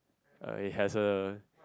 I has a